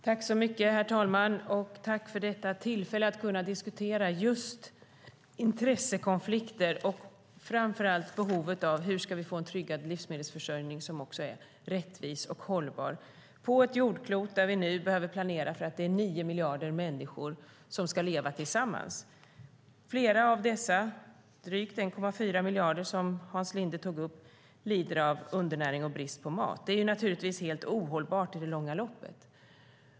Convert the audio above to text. Herr talman! Tack för detta tillfälle att kunna diskutera intressekonflikter och framför allt hur vi ska få en tryggad livsmedelsförsörjning som också är rättvis och hållbar, på ett jordklot där vi nu behöver planera för att 9 miljarder människor ska leva tillsammans. Flera av dessa - drygt 1,4 miljarder, som Hans Linde tog upp - lider av undernäring och brist på mat. Det är naturligtvis helt ohållbart i det långa loppet.